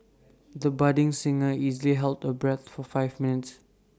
the budding singer easily held her breath for five minutes